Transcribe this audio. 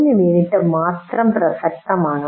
3 minute മാത്രം പ്രസക്തമാണ്